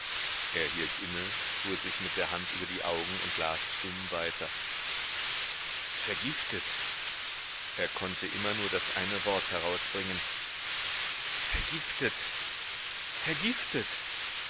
hielt inne fuhr sich mit der hand über die augen und las stumm weiter vergiftet er konnte immer nur das eine wort herausbringen vergiftet vergiftet